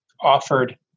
offered